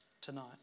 tonight